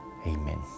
Amen